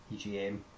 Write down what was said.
EGM